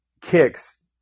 kicks